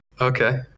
okay